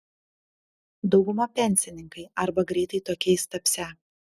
dauguma pensininkai arba greitai tokiais tapsią